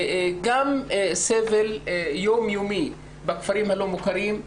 גם סבל יום-יומי בכפרים הלא מוכרים,